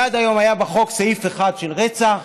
עד היום היה בחוק סעיף אחד של רצח,